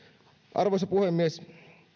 arvoisa puhemies